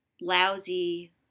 lousy